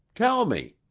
tell me.